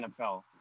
NFL